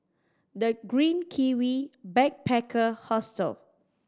The Green Kiwi Backpacker Hostel